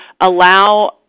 allow